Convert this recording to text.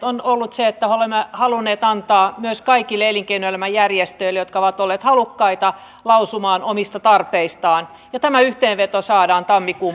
on varsin ongelmallista että direktiiviehdotuksessa ei mitenkään huomioida suomen erityispiirteitä jotka koskevat vapaaehtoisen maanpuolustuksen ja reserviläistoiminnan merkitystä osana maanpuolustusratkaisuamme